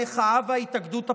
המחאה וההתאגדות הפוליטית?